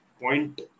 Point